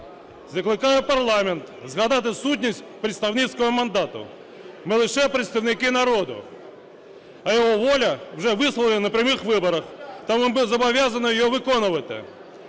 Закликаю парламент згадати сутність представницького мандату. Ми лише представники народу, а його воля вже висловлена на прямих виборах, тому ми зобов'язані її виконувати.